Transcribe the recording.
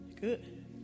Good